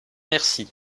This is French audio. merci